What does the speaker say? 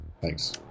Thanks